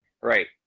Right